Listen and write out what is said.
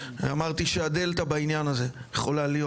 אמרתי שהדלתא בעניין הזה יכולה להיות